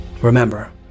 Remember